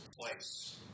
place